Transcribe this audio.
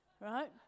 right